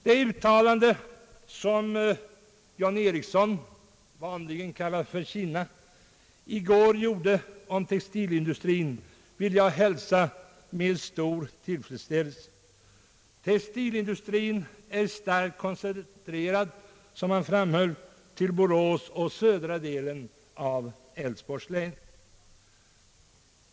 Det uttalande som John Ericsson — vanligen kallad »Kinna» — i går gjorde om textilindustrin vill jag hälsa med stor — tillfredsställelse. Textilindustrin är, som han framhöll, starkt koncentrerad till Borås och södra delen av Älvsborgs län.